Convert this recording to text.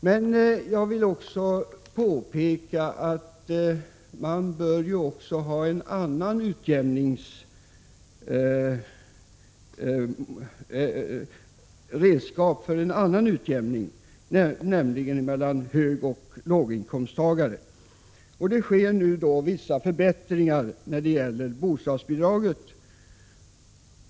Men jag vill också påpeka att man bör ha redskap för en annan utjämning, nämligen mellan högoch låginkomsttagare. Det sker nu vissa förbättringar när det gäller bostadsbidragen.